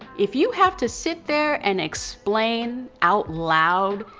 if you have to sit there and explain out loud,